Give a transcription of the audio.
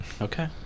okay